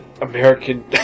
American